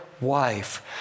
Wife